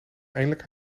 eindelijk